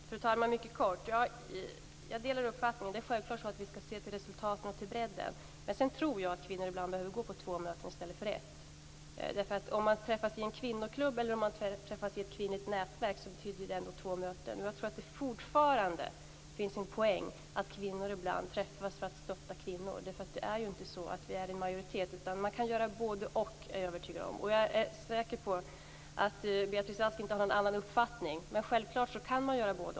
Fru talman! Jag delar uppfattningen att vi självklart skall se till resultaten och till bredden. Men jag tror att kvinnor ibland behöver gå på två möten i stället för ett. Om man träffas i en kvinnoklubb och i ett kvinnligt nätverk betyder det att det blir två möten. Jag tror att det fortfarande finns en poäng i att kvinnor ibland träffas för att stötta kvinnor. Vi är ju inte en majoritet. Jag är övertygad om att man kan göra både-och. Jag är säker på att Beatrice Ask inte har någon annan uppfattning.